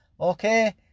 okay